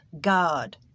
God